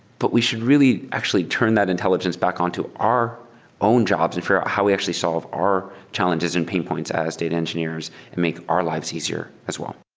but we should really actually turn that intelligence back on to our own jobs for how we actually solve our challenges and pain points and data engineers and make our lives easier as well.